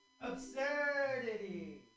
Absurdity